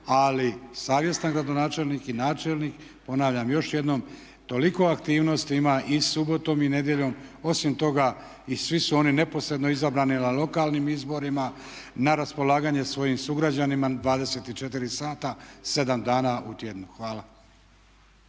Ali savjestan gradonačelnik i načelnik ponavljam još jednom toliko aktivnosti ima i subotom i nedjeljom, osim toga i svi su oni neposredno izabrani na lokalnim izborima na raspolaganje svojim sugrađanima 24 sata 7 dana u tjednu. Hvala.